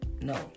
no